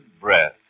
breath